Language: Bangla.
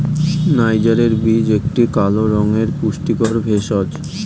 নাইজারের বীজ একটি কালো রঙের পুষ্টিকর ভেষজ